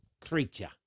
creature